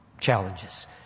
challenges